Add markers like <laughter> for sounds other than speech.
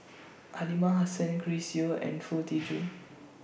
Aliman Hassan Chris Yeo and Foo Tee Jun <noise>